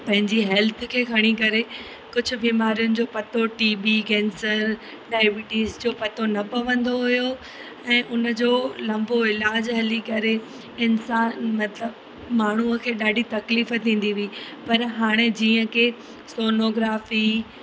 पंहिंजी हेल्थ खे खणी करे कुझु बीमारियुनि जो पतो टीबी केंसर डायबिटीज़ जो पतो न पवंदो हुओ ऐं उन जो लंबो इलाजु हली करे इंसानु मतिलबु माण्हूअ खे ॾाढी तकलीफ़ थींदी हुई पर हाणे जीअं की सोनोग्राफी